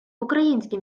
українське